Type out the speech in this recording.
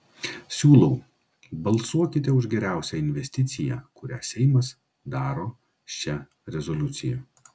siūlau balsuokite už geriausią investiciją kurią seimas daro šia rezoliucija